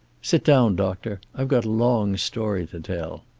sit down, doctor. i've got a long story to tell.